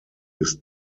des